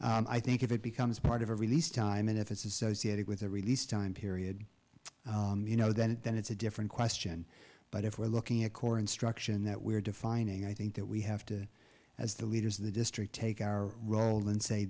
easily i think if it becomes part of a release time and if it's associated with a release time period you know then then it's a different question but if we're looking at core instruction that we're defining i think that we have to as the leaders of the district take our role and say